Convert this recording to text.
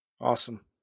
Awesome